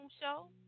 Show